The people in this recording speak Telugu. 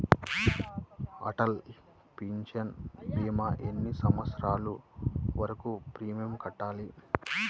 అటల్ పెన్షన్ భీమా ఎన్ని సంవత్సరాలు వరకు ప్రీమియం కట్టాలి?